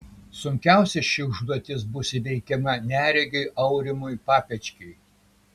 sunkiausiai ši užduotis bus įveikiama neregiui aurimui papečkiui